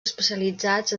especialitzats